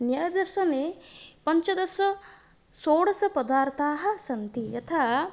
न्यायदर्शने पञ्चदशषोडशपदार्थाः सन्ति यथा